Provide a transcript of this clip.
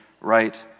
right